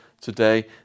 today